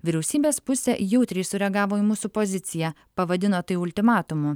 vyriausybės pusė jautriai sureagavo į mūsų poziciją pavadino tai ultimatumu